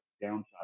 downside